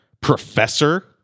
Professor